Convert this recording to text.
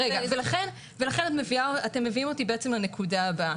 ולכן אתם מביאים אותי לנקודה הבאה.